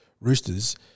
Roosters